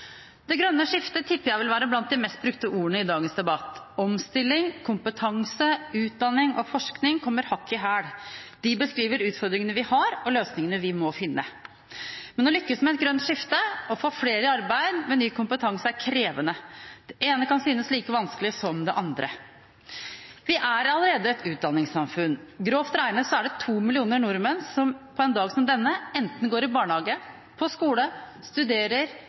Det grønne skiftet tipper jeg vil være blant de mest brukte ordene i dagens debatt. Omstilling, kompetanse, utdanning og forskning kommer hakk i hæl. De ordene beskriver utfordringene vi har, og løsningene vi må finne. Men å lykkes med et grønt skifte og å få flere i arbeid med ny kompetanse er krevende. Det ene kan synes like vanskelig som det andre. Vi er allerede et utdanningssamfunn. Grovt regnet er det to millioner nordmenn som på en dag som denne enten går i barnehage, på skole, studerer